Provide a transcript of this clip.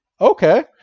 Okay